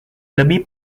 lebih